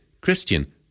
Christian